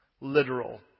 Literal